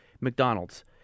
McDonald's